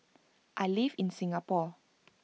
I live in Singapore